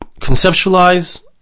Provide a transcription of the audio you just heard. conceptualize